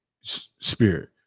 spirit